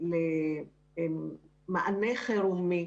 יצאנו למענה חירומי